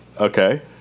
Okay